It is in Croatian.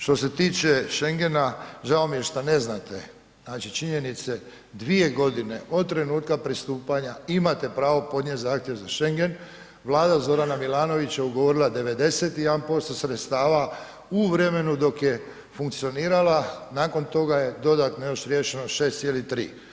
Što se tiče Schengena žao mi je što ne znate znači činjenice, dvije godine od trenutka pristupanja imate pravo podnijeti zahtjev za Schengen, vlada Zorana Milanovića ugovorila je 91% sredstava u vremenu dok je funkcionirala, nakon toga je dodatno još riješeno 6,3.